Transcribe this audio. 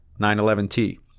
911T